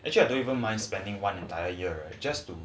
actually I don't even mind spending one entire year just to